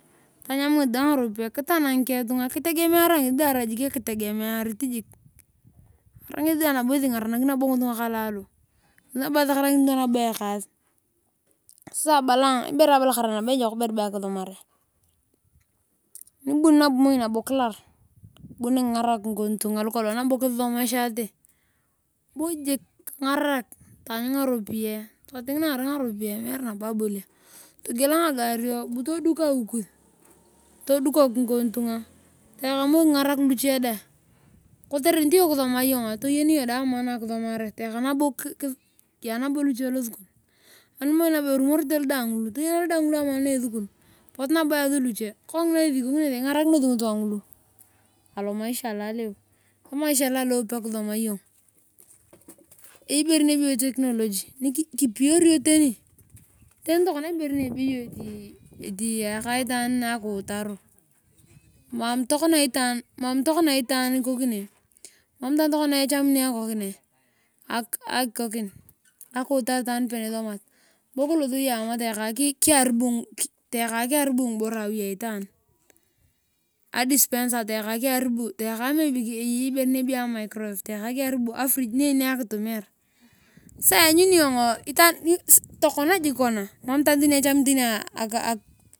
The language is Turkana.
Tanyam ngesi dae ngaropiyae kitang ngekeng tunga kitegemear ngesi daa. tarau ngesi ingaranakini ngitunga kalalo. ngesi nabo esakanakini ngitunga ekaas. ehere abalar ayong eyok ibere be akisomare ruburii nabo moi kilar ibuni kingarak ngikon tunga lukolaong kusomate iyong. Toting narai ngaropiyae meere habo abolia togel ngagario bu tobluk awi kus. Taeka moi kingarak luche dae kotere kisoma iyonga toyen amaan akusomare. Yaa moi lucho losukul animoi arumorete ludangulu tayena amaan esuku potu nabo easi luche kongina ingarakinotor ngitunga ngulu alomaisha alolea. Emaisha lolea pe kisoma iyong kipiyori iyong technology tani tokona ibere nin ebeyo ayaka itaan akiutaro. Mam itaan echamuni akiutar itaan nipenisomat. Anibokilot iyong ama tayaka kiaribu ngiboro awi aitaan tayaka kiaribu mpaka afridge aifaan.